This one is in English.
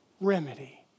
remedy